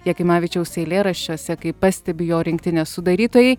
jakimavičiaus eilėraščiuose kaip pastebi jo rinktinės sudarytojai